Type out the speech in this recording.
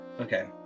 Okay